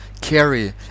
carry